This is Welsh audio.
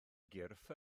gyrff